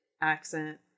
accent